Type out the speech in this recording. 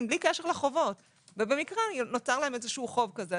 בלי קשר לחובות ובמקרה נוצר להם חוב כזה.